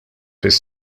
fis